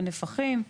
בנפחים.